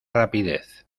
rapidez